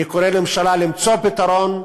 אני קורא לממשלה למצוא פתרון,